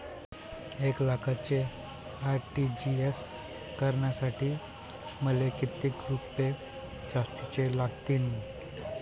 एक लाखाचे आर.टी.जी.एस करासाठी मले कितीक रुपये जास्तीचे लागतीनं?